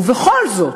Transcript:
ובכל זאת,